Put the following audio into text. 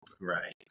right